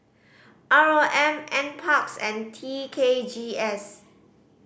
R O M Nparks and T K G S